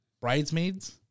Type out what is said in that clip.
bridesmaids